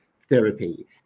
therapy